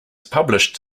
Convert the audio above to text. published